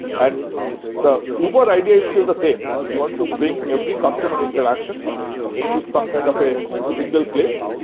and the uber idea is still the same. you want to bring every customer interaction into some kind of a single place,